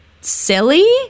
Silly